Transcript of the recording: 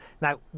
Now